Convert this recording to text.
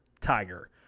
Tiger